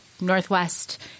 Northwest